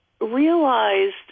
realized